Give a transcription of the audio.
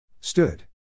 Stood